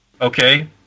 Okay